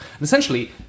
essentially